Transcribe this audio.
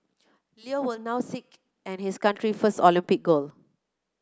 Lee will now seek and his country first Olympic gold